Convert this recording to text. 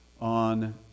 on